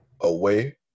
away